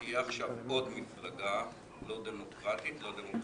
תהיה עכשיו עוד מפלגה לא דמוקרטית לא דמוקרטית,